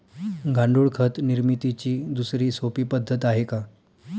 गांडूळ खत निर्मितीची दुसरी सोपी पद्धत आहे का?